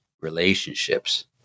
relationships